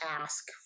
ask